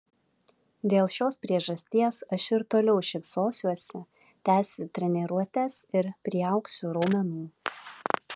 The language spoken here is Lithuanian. dėl šios priežasties aš ir toliau šypsosiuosi tęsiu treniruotes ir priaugsiu raumenų